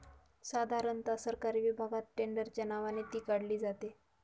साधारणता सरकारी विभागात टेंडरच्या नावाने ती काढली जाते